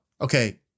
Okay